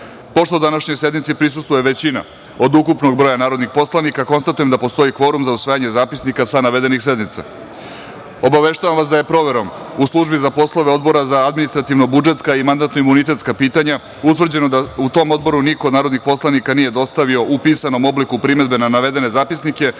današnjoj sednici prisustvuje većina od ukupnog broja narodnih poslanika, konstatujem da postoji kvorum za usvajanje zapisnika sa navedenih sednica. Obaveštavam vas da je proverom u Službi za poslove Odbora za administrativno-budžetska i mandatno-imunitetska pitanja utvrđeno da tom Odboru niko od narodnih poslanika nije dostavio u pisanom obliku primedbe na navedene